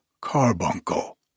carbuncle